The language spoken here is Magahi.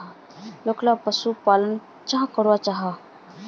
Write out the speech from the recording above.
लोकला पशुपालन चाँ करो जाहा?